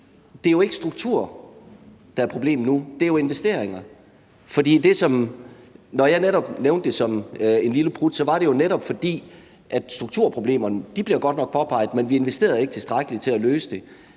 det er jo ikke struktur, der er problemet nu – det er jo investeringer. For når jeg sagde, at det var en lille prut, så var det jo netop, fordi strukturproblemerne godt nok blev påpeget, men vi investerede ikke tilstrækkeligt til at løse dem.